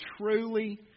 truly